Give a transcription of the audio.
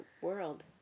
world